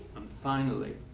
and finally,